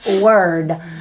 word